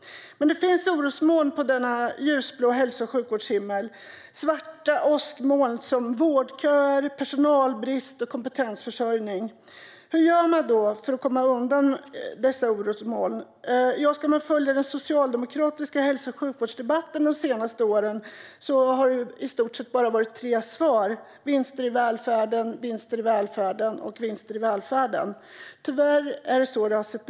Men det finns orosmoln på denna ljusblå hälso och sjukvårdshimmel. Det är svarta åskmoln som vårdköer, personalbrist och kompetensförsörjning. Hur gör man då för att komma undan dessa orosmoln? I hälso och sjukvårdsdebatten de senaste åren har Socialdemokraterna i stort sett bara haft tre svar. Det handlar om vinster i välfärden, vinster i välfärden och vinster i välfärden. Tyvärr har det sett ut på det sättet.